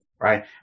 Right